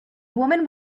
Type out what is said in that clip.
woman